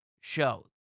show